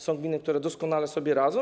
Są gminy, które doskonale sobie radzą.